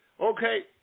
okay